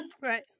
Right